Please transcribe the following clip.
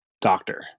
doctor